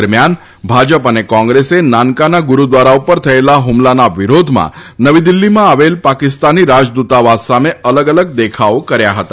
દરમ્યાન ભાજપ અને કોંગ્રેસે નાનકાના ગુરૂદ્વારા ઉપર થયેલા હ્મલાના વિરોધમાં નવી દિલ્ફીમાં આવેલ પાકિસ્તાની રાજદ્રતાવાસ સામે અલગ અલગ દેખાવો કર્યા છે